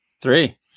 three